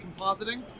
compositing